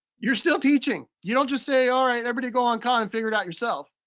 you're still teaching. you don't just say, all right, everybody go on khan and figure it out yourself.